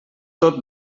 tot